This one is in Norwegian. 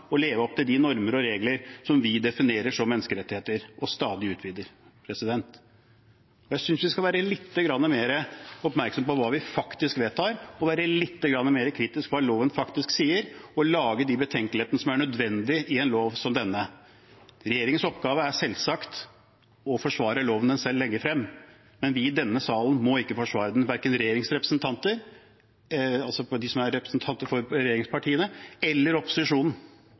å leve opp til de normer og regler som vi definerer som menneskerettigheter og stadig utvider. Jeg synes vi skal være lite grann mer oppmerksomme på hva vi faktisk vedtar, være lite grann mer kritiske til hva loven faktisk sier, og lage de betenkelighetene som er nødvendige i en lov som denne. Regjeringens oppgave er selvsagt å forsvare loven den selv legger frem, men vi i denne salen må ikke forsvare den, verken representantene for regjeringspartiene eller opposisjonen. Hver gang det er